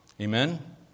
Amen